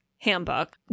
handbook